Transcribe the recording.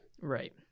right